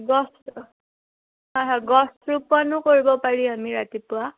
গছ হয় হয় গছ ৰোপণো কৰিব পাৰি আমি ৰাতিপুৱা